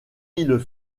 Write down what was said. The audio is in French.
îles